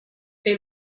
they